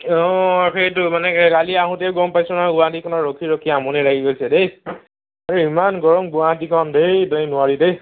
অ' সেইটোৱে মানে কালি আহোতেও গম পাইছোঁ নহয় গুৱাহাটীখনত ৰখি ৰখি আমনি লাগি গৈছে দেই আৰু ইমান গৰম গুৱাহাটীখন ধেই ধেই নোৱাৰি দেই